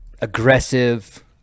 aggressive